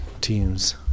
teams